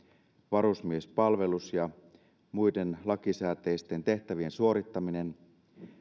varusmiespalvelus ja muiden lakisääteisten tehtävien suorittaminen